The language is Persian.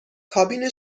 کابین